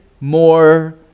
more